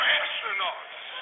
astronauts